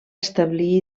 establir